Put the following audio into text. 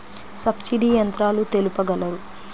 Subsidy యంత్రాలు తెలుపగలరు?